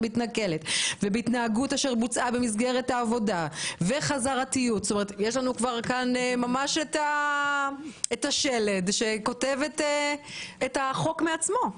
מתנכלת והתנהגות שבוצעה וחזרתיות יש לנו שלד שכותב את החוק מעצמו.